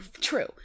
True